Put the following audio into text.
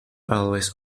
always